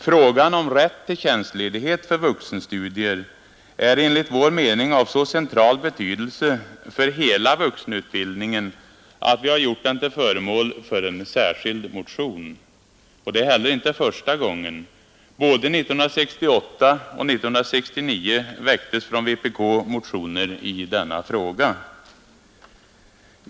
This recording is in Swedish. Frågan om rätt till tjänstledighet för vuxenstudier är emellertid enligt vår mening av så central betydelse för hela vuxenutbildningen att vi har gjort den till föremål för en särskild motion. Det är heller inte första gången — både 1968 och 1969 väcktes från vpk-håll motioner i denna fråga.